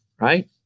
right